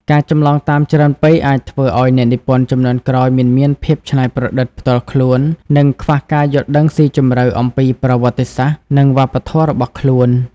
ការចម្លងតាមច្រើនពេក អាចធ្វើឲ្យអ្នកនិពន្ធជំនាន់ក្រោយមិនមានភាពច្នៃប្រឌិតផ្ទាល់ខ្លួន និងខ្វះការយល់ដឹងស៊ីជម្រៅអំពីប្រវត្តិសាស្ត្រ និងវប្បធម៌របស់ខ្លួន។